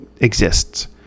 exists